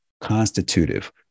constitutive